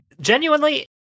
genuinely